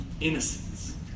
innocence